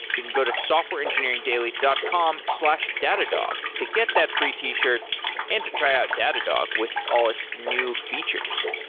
you can go to softwareengineeringdaily dot com slash datadog to get that free t-shirt and to try out datadog with all its new features.